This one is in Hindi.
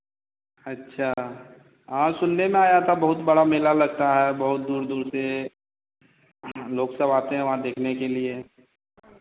अच्छा हाँ सुनने में आया था बहुत बड़ा मेला लगता है बहुत दूर दूर से लोग सब आते हैं वहाँ देखने के लिए